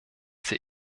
sie